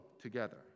together